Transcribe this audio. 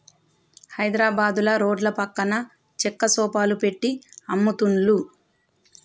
హైద్రాబాదుల రోడ్ల పక్కన చెక్క సోఫాలు పెట్టి అమ్ముతున్లు